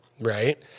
right